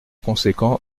conséquent